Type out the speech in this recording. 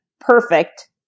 perfect